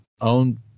own